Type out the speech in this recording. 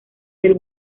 del